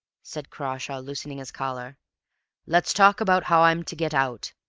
said crawshay, loosening his collar let's talk about how i'm to get out.